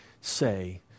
say